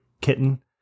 kitten